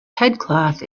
headcloth